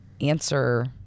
answer